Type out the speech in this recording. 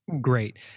Great